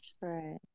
right